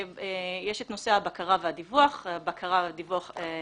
יש את נושא הבקרה והדיווח לאו"ם,